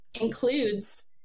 includes